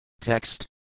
text